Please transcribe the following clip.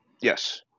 yes